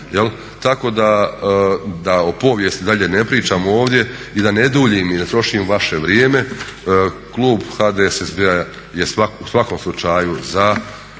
Tako da o povijesti dalje ne pričamo ovdje i da ne duljim i ne trošim vaše vrijeme klub HDSSB-a je u svakom slučaju za